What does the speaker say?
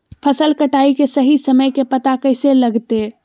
फसल कटाई के सही समय के पता कैसे लगते?